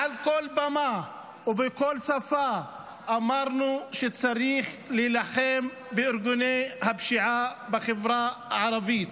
מעל כל במה ובכל שפה אמרנו שצריך להילחם בארגוני הפשיעה בחברה הערבית.